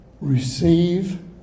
receive